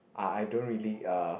I I don't really uh